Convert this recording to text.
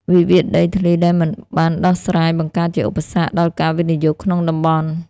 វិវាទដីធ្លីដែលមិនបានដោះស្រាយ បង្កើតជា "ឧបសគ្គ" ដល់ការវិនិយោគក្នុងតំបន់។